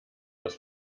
aus